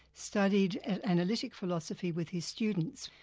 studied analytic philosophy with his students,